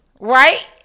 Right